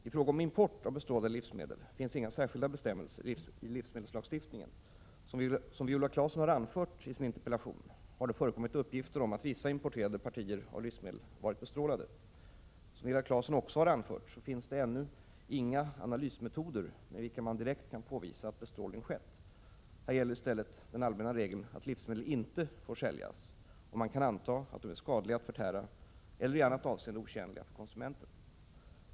I fråga om import av bestrålade livsmedel finns inga särskilda bestämmelser i livsmedelslagstiftningen. Som Viola Claesson anfört i sin interpellation har det förekommit uppgifter om att vissa importerade partier av livsmedel varit bestrålade. Som Viola Claesson också anfört finns det ännu inga analysmetoder med vilka man direkt kan påvisa att bestrålning skett. Här gäller i stället den allmänna regeln att livsmedel inte får säljas om man kan 57 anta att de är skadliga att förtära eller i annat avseende otjänliga för konsumenten.